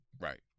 Right